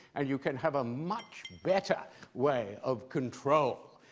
and you can have a much better way of control.